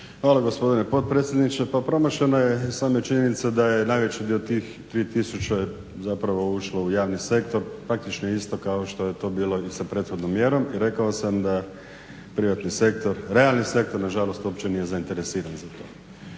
Hvala gospodine potpredsjedniče. Pa promašena je i sama činjenica da je najveći dio tih 3000 zapravo ušlo u javni sektor, praktično isto kao što je to bilo i sa prethodnom mjerom. I rekao sam da privatni sektor, realni sektor nažalost uopće nije zainteresiran za to.